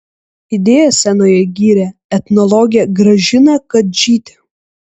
idėją scenoje gyrė etnologė gražina kadžytė